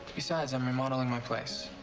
besides, i'm remodeling my place.